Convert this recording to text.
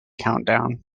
countdown